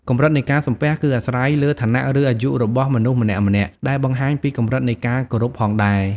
កម្រិតនៃការសំពះគឺអាស្រ័យលើឋានៈឬអាយុរបស់មនុស្សម្នាក់ៗ ដែលបង្ហាញពីកម្រិតនៃការគោរពផងដែរ។